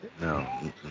no